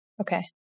Okay